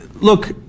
look